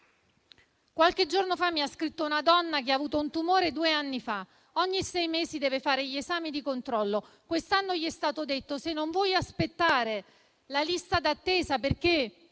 Qualche giorno fa mi ha scritto una donna che ha avuto un tumore due anni fa. Ogni sei mesi deve fare gli esami di controllo, ma quest'anno le è stato detto che se non vuole aspettare la lista d'attesa (perché,